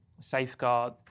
safeguard